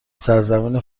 سرزمین